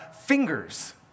fingers